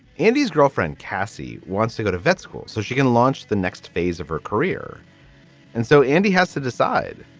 handy's girlfriend, cassie, wants to go to vet school so she can launch the next phase of her career and so andy has to decide,